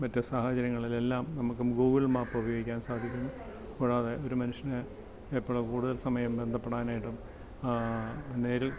മറ്റു സാഹചര്യങ്ങളിലെല്ലാം നമുക്ക് ഗൂഗിൾ മാപ്പുപയോഗിക്കാൻ സാധിക്കും കൂടാതെ ഒരു മനുഷ്യന് എപ്പോഴാണ് കൂടുതൽ സമയം ബന്ധപ്പെടാനായിട്ട് നേരിൽ